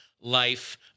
life